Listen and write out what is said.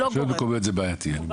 זה בעייתי, אני מסכים.